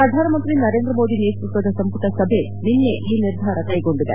ಪ್ರಧಾನ ಮಂತ್ರಿ ನರೇಂದ್ರ ಮೋದಿ ನೇತೃತ್ವದ ಸಂಪುಟ ಸಭೆ ನಿನ್ನೆ ಈ ನಿರ್ಧಾರ ತೆಗೆದುಕೊಂಡಿದೆ